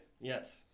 yes